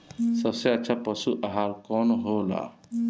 सबसे अच्छा पशु आहार कवन हो ला?